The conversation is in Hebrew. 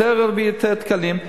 אני רוצה להביא יותר תקנים.